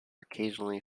occasionally